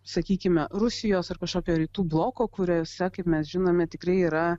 sakykime rusijos ar kažkokio rytų bloko kuriose kaip mes žinome tikrai yra